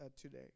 today